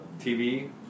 TV